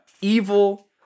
evil